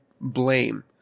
blame